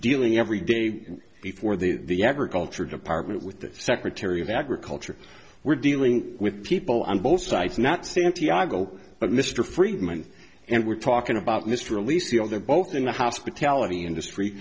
dealing every day before the agriculture department with the secretary of agriculture we're dealing with people on both sides not santiago but mr friedman and we're talking about mr leask you know they're both in the hospitality industry